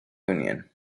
union